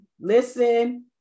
listen